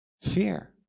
Fear